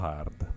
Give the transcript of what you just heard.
Hard